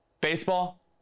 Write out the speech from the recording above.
baseball